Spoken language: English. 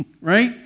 right